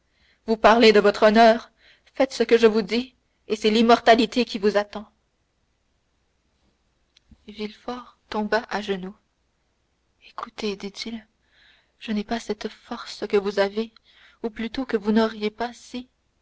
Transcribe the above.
vous parlez de votre honneur faites ce que je vous dis et c'est l'immortalité qui vous attend villefort tomba à genoux écoutez dit-il je n'ai pas cette force que vous avez ou plutôt que vous n'auriez pas si